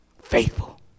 faithful